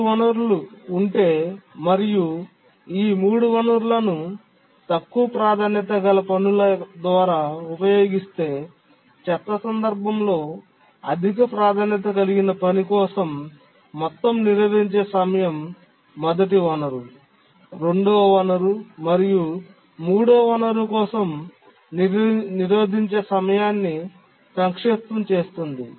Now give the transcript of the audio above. మూడు వనరులు ఉంటే మరియు ఈ మూడు వనరులను తక్కువ ప్రాధాన్యత గల పనుల ద్వారా ఉపయోగిస్తే చెత్త సందర్భంలో అధిక ప్రాధాన్యత కలిగిన పని కోసం మొత్తం నిరోధించే సమయం మొదటి వనరు రెండవ వనరు మరియు మూడవ వనరు కోసం నిరోధించే సమయాన్ని సంక్షిప్తం చేస్తుంది